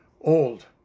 old